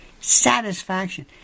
satisfaction